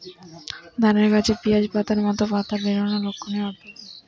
ধানের গাছে পিয়াজ পাতার মতো পাতা বেরোনোর লক্ষণের অর্থ কী?